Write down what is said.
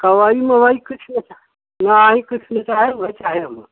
कमाई मवाई कुछ न चाहे नाहीं कुछ न चाहे उहे चाहे हमें